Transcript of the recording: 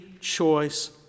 choice